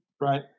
Right